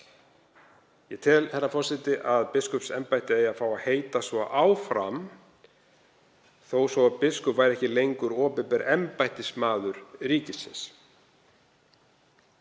Ég tel, herra forseti, að biskupsembættið eigi að fá að heita svo áfram þó svo að biskup verði ekki lengur opinber embættismaður ríkisins.